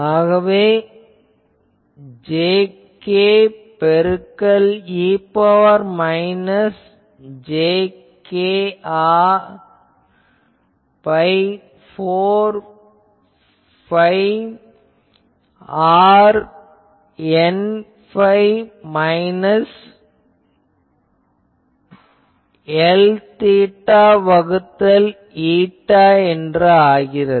ஆகவே இது jk பெருக்கல் e ன் பவர் மைனஸ் j kr வகுத்தல் 4 phi r Nϕ minus Lθ வகுத்தல் η என ஆகிறது